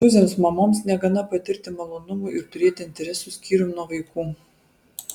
prancūzėms mamoms negana patirti malonumų ir turėti interesų skyrium nuo vaikų